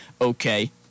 okay